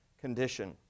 condition